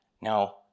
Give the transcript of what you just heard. Now